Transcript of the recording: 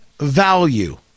value